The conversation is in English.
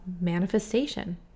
manifestation